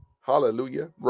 hallelujah